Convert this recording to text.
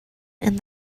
and